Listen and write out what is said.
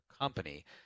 company